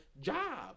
job